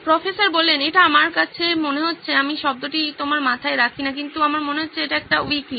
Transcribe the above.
professor এটা আমার কাছে মনে হচ্ছে আমি শব্দটি তোমার মাথায় রাখি না কিন্তু আমার মনে হচ্ছে এটি একটি উইকি